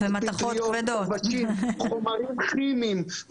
חומרים כימיים,